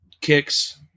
kicks